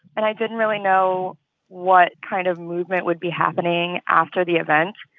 and i didn't really know what kind of movement would be happening after the event.